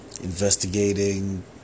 investigating